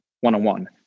one-on-one